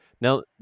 now